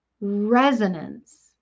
resonance